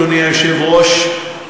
אדוני היושב-ראש,